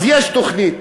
אז יש תוכנית,